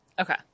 okay